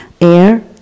air